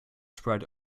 spread